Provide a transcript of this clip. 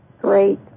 Great